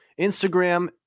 Instagram